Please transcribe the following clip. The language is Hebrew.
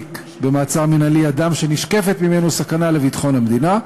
להחזיק במעצר מינהלי אדם שנשקפת ממנו סכנה לביטחון המדינה,